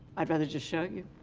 i'd rather just show you.